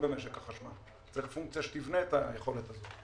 במשק החשמל וצריך פונקציה שתבנה את היכולת הזאת.